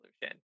solution